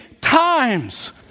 times